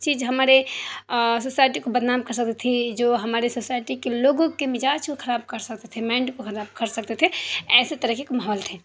چیز ہمارے سوسائٹی کو بدنام کر سکتی تھی جو ہمارے سوسائٹی کے لوگوں کے مزاج کو خراب کر سکتے تھے مائنڈ کو خراب کر سکتے تھے ایسے طرح کے ماحول تھے